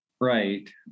Right